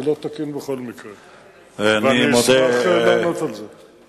זה לא תקין בכל מקרה, ואני אשמח לענות על זה.